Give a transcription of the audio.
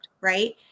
right